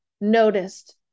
noticed